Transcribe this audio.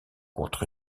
contre